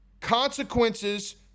consequences